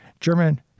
German